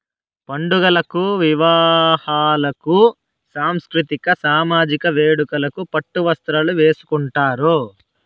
పండుగలకు వివాహాలకు సాంస్కృతిక సామజిక వేడుకలకు పట్టు వస్త్రాలు వేసుకుంటారు